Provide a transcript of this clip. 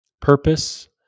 Purpose